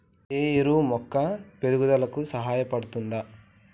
ఈ ఎరువు మొక్క పెరుగుదలకు సహాయపడుతదా?